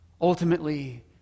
ultimately